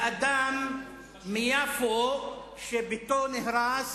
מה זה חשוב לאדם מיפו שביתו נהרס